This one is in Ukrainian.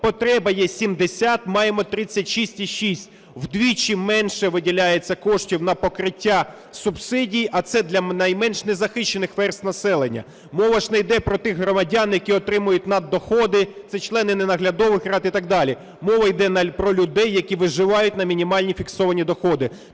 потреба є 70, маємо 36,6 – удвічі менше виділяється коштів на покриття субсидій. А це для найменш незахищених верств населення. Мова ж не йде про тих громадян, які отримують наддоходи, це не члени наглядових рад і так далі. Мова йде про людей, які виживають на мінімальні фіксовані доходи.